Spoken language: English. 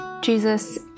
Jesus